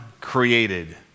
created